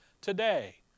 today